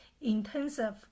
intensive